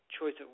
choice